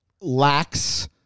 lacks